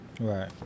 Right